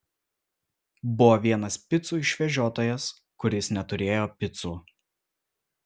buvo vienas picų išvežiotojas kuris neturėjo picų